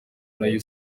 nayo